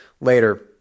later